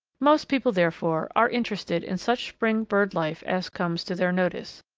most people, therefore, are interested in such spring bird life as comes to their notice,